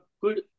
good